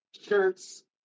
shirts